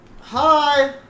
Hi